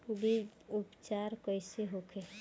बीज उपचार कइसे होखे?